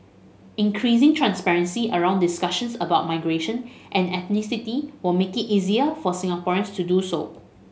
increasing transparency around discussions about migration and ethnicity will make it easier for Singaporeans to do so